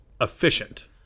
efficient